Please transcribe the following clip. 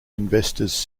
investors